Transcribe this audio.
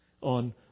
on